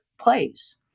plays